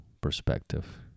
perspective